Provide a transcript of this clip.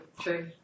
True